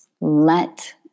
Let